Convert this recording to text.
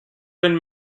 been